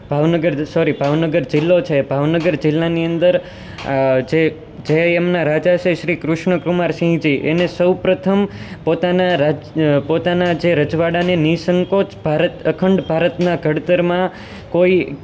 ભાવનગર જે સોરી ભાવનગર જિલ્લો છે ભાવનગર જિલ્લાની અંદર જે એમના રાજા છે શ્રી કૃષ્ણ કુમાર સિંહજી એને સૌ પ્રથમ પોતાના રાજ પોતાના જે રજવાડાને નિસંકોચ ભારત અખંડ ભારતના ઘડતરમાં કોઈ